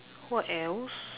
what else